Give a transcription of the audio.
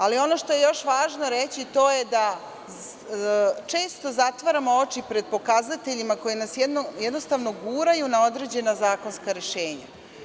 Ali, ono što je još važno reći, to je da često zatvaramo oči pred pokazateljima koji nas guraju na određena zakonska rešenja.